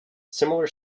similar